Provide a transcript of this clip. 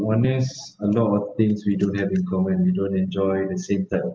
honest a lot of things we don't have in common we don't enjoy the same type of